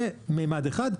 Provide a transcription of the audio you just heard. זה ממד אחד.